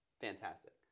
fantastic